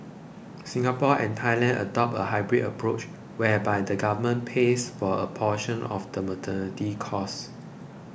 Singapore and Thailand adopt a hybrid approach whereby the government pays for a portion of the maternity costs